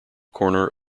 corner